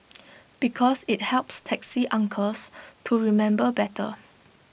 because IT helps taxi uncles to remember better